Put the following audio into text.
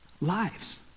lives